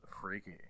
freaky